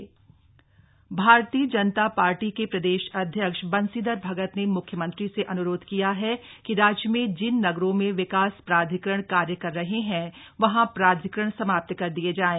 भाजपा प्रदेश अध्यक्ष भारतीय जनता पार्टी के प्रदेश अध्यक्ष बंशीधर भगत ने मुख्यमंत्री से अनुरोध किया है कि राज्य में जिन नगरों में विकास प्राधिकरण कार्य कर रहे हैं वहां प्राधिकरण समाप्त कर दिए जाएं